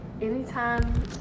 anytime